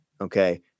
okay